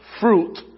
fruit